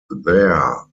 there